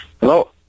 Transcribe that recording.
hello